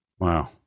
Wow